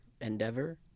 endeavor